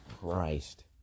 Christ